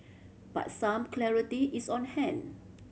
but some clarity is on hand